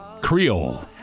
creole